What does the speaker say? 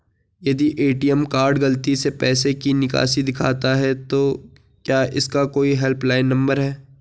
यदि ATM card गलती से पैसे की निकासी दिखाता है तो क्या इसका कोई हेल्प लाइन नम्बर है?